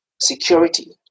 security